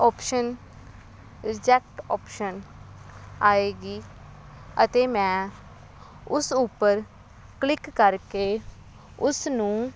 option reject option ਆਵੇਗੀ ਅਤੇ ਮੈਂ ਉਸ ਉੱਪਰ ਕਲਿੱਕ ਕਰਕੇ ਉਸ ਨੂੰ